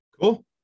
Cool